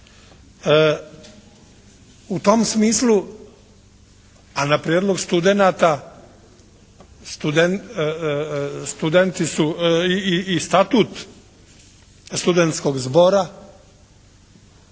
U tom smislu, a na prijedlog studenata studenti su i statut studenskog zbora